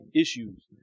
issues